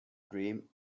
dream